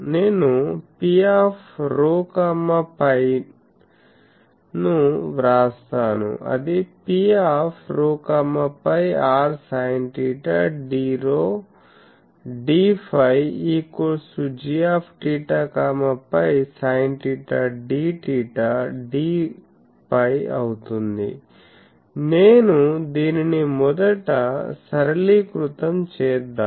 నేను Pρ φ ను వ్రాస్తాను అది Pρ φ r sinθ dρ dφ gθ φsinθ dθ dφ అవుతుంది నేను దీనిని మొదట సరళీకృతం చేద్దాం